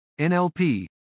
NLP